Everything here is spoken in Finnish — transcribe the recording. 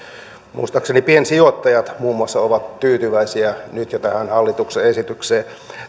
muistaakseni piensijoittajat muun muassa ovat tyytyväisiä nyt jo tähän hallituksen esitykseen